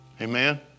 Amen